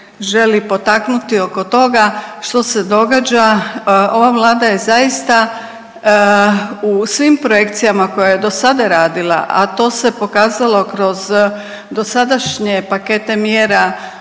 želi potaknuti oko toga što se događa. Ova Vlada je zaista u svim projekcijama koje je dosada radila, a to se pokazalo kroz dosadašnje pakete mjera,